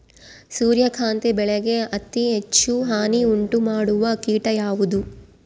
ಸೂರ್ಯಕಾಂತಿ ಬೆಳೆಗೆ ಅತೇ ಹೆಚ್ಚು ಹಾನಿ ಉಂಟು ಮಾಡುವ ಕೇಟ ಯಾವುದು?